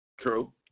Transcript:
True